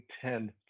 Ten